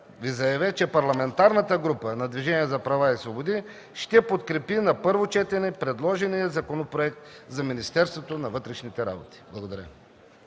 Ви заявя, че Парламентарната група на Движението за права и свободи ще подкрепи на първо четене предложения Законопроект за Министерството на вътрешните работи. Благодаря.